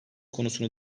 konusunu